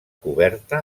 coberta